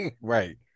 Right